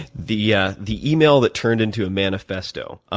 the yeah the email that turned into a manifesto.